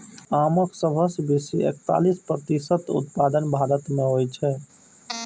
आमक सबसं बेसी एकतालीस प्रतिशत उत्पादन भारत मे होइ छै